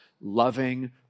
loving